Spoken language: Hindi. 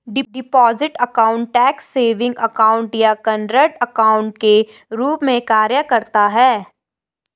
deposit account tax savings account या करंट अकाउंट के रूप में कार्य करता है